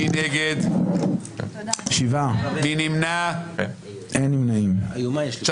הצבעה לא אושרה הוסרה.